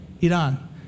Iran